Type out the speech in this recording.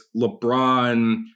LeBron